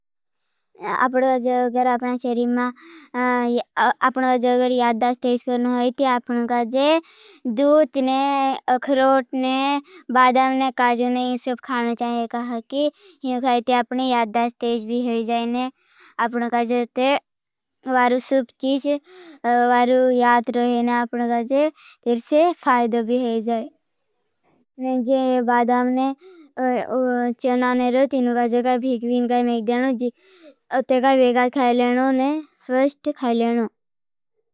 आपका जोगर आपना चरीम मा आपना जोगर याद्धा स्थेश करना है। ते आपना जोगर दूत ने खरोट ने बादाम ने काजुने। ये सुप खाना चाहें कहा कि योगर ते। आपने याद्धा स्थेश भी हो जाएने। आपना जोगर ते वारु सुप चीज वारु या रहेने। आपने जोगर ते से फायद भी हो जाए। जोगर बादाम ने चना ने रत तेने जोगर। ते काई फिक्वीन काई में देनो। ते काई बेगार खाई लेनो और स्वश्ट खाई लेनो।